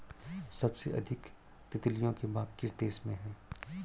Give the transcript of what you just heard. सबसे अधिक तितलियों के बाग किस देश में हैं?